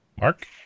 Mark